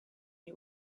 you